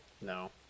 No